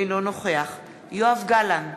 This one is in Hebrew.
אינו נוכח יואב גלנט,